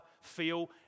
feel